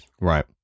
Right